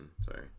Sorry